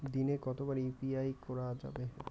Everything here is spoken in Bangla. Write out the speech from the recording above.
দিনে কতবার ইউ.পি.আই করা যাবে?